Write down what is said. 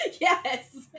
Yes